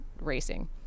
racing